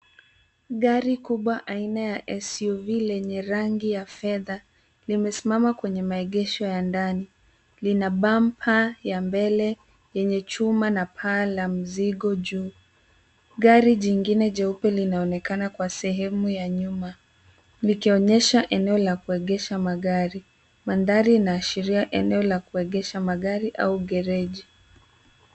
Gari kubwa aina ya SUV lenye rangi ya fedha limesimama kwenye maegesho ya ndani. Lina bampa ya mbele yenye chuma na paa la mzigo juu. Gari jingine jeupe linaonekana kwa sehemu ya nyuma likionyesha eneo la kuegesha magari. Mandhari inaashiria eneo la kuegesha magari au gereji.